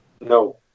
No